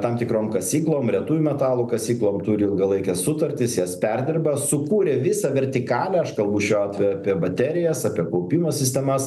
tam tikrom kasyklom retųjų metalų kasyklom turi ilgalaikes sutartis jas perdirba sukūrė visą vertikalę aš kalbu šiuo atveju apie baterijas apie kaupimo sistemas